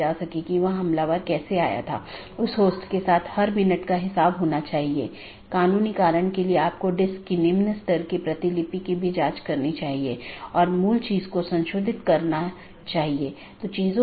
तो इसका मतलब है अगर मैं AS1 के नेटवर्क1 से AS6 के नेटवर्क 6 में जाना चाहता हूँ तो मुझे क्या रास्ता अपनाना चाहिए